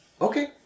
Okay